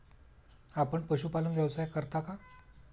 आपण पशुपालन व्यवसाय करता का?